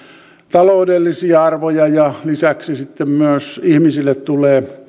taloudellisia arvoja ja lisäksi sitten myös ihmisille tulee